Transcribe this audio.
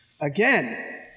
again